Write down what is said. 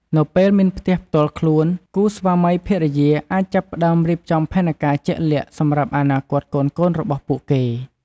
នៅពេលមានផ្ទះផ្ទាល់ខ្លួន គូស្វាមីភរិយាអាចចាប់ផ្ដើមរៀបចំផែនការជាក់លាក់សម្រាប់អនាគតកូនៗរបស់ពួកគេ។